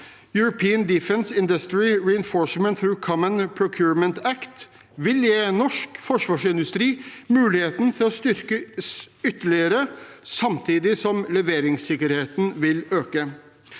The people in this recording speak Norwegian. European Defence Industry Reinforcement through Common Procurement Act, vil gi norsk forsvarsindustri muligheten til å styrkes ytterligere samtidig som leveringssikkerheten vil øke.